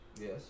Yes